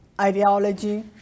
ideology